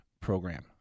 program